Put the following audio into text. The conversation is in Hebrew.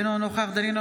אינו נוכח משה ארבל,